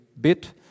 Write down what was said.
bit